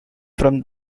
from